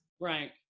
Right